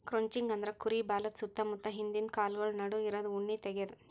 crutching ಅಂದ್ರ ಕುರಿ ಬಾಲದ್ ಸುತ್ತ ಮುತ್ತ ಹಿಂದಿಂದ ಕಾಲ್ಗೊಳ್ ನಡು ಇರದು ಉಣ್ಣಿ ತೆಗ್ಯದು